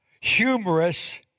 humorous